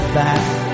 back